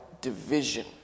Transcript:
division